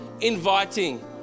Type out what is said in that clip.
inviting